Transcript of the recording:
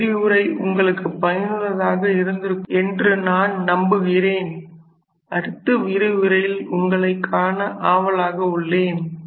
இந்த விரிவுரை உங்களுக்கு பயனுள்ளதாக இருந்திருக்கும் என்று நான் நம்புகிறேன் அடுத்த விரிவுரையில் உங்களைக் காண ஆவலாக உள்ளேன்